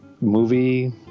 movie